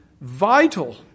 vital